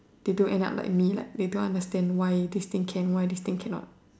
they don't end up like me like they don't understand why this thing can this thing cannot